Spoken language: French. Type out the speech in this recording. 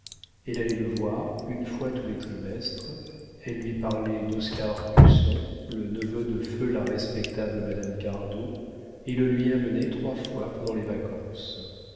elle allait le voir une fois tous les trimestres elle lui parlait d'oscar husson le neveu de feu la respectable madame cardot et le lui amenait trois fois pendant les vacances